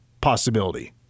possibility